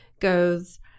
goes